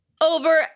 Over